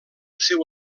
seu